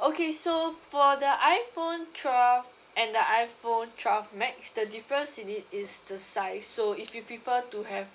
okay so for the iphone twelve and the iphone twelve max the difference in it is the size so if you prefer to have